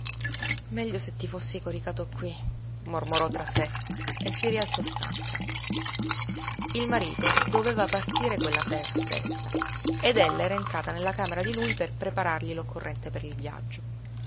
meglio se ti fossi coricato qui mormorò tra sé e si rialzò stanca il marito doveva partire quella sera stessa ed ella era entrata nella camera di lui per preparargli l'occorrente per il viaggio